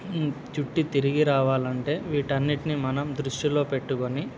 చుట్టి తిరిగి రావాలంటే వీటన్నింటిని మనం దృష్టిలో పెట్టుకుని